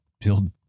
build